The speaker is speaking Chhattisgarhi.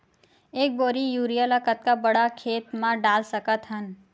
एक बोरी यूरिया ल कतका बड़ा खेत म डाल सकत हन?